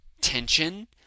tension